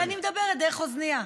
כי אני מדברת דרך אוזנייה.